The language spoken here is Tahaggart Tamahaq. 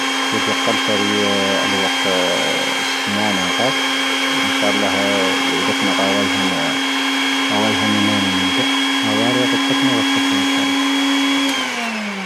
ⴽoⵓⴷⵉⴰⵇ ⴽⴰ ⵙⴻ ⵔⵉⴰ ⴰⵍⴱⴰⵇ ⵙⴻ ⵎⴰⵏⴰ ⵇⴰⵙ. ⵉⵏⵙⵀⴰⴰ ⴰⵍⵍⴰⵀ ⵀⴰ ⵉ ⴷⴰⴽⵏⴰⵇ ⴰⵡⴰ'ⵉⵀⴰⵏⴰ. ⴰⵡⴰ'ⵉⵀⴰⵏⴰ ⵉⵎⴰⵏⵉⵏ ⵉⵎⴷⴰ. ⴰⵡⴰ'ⵉ ⴻⵏⴳⵀⴰ ⴷⴷⴰⴽⵏⴰ ⴳⴷⴰ ⴷⴷⴰⴽⵏⴰ ⵉⵏⵙⵀⴰⴰ ⴰⵍⵍⴰⵀ.